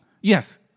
Yes